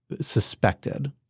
suspected